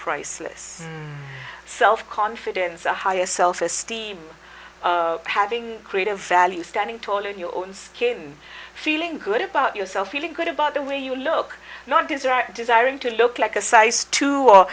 priceless self confidence or higher self esteem having creative value standing tall in your own skin feeling good about yourself feeling good about the way you look not going to desiring to look like a size two or